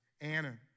Anna